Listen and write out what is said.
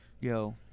Yo